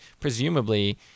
presumably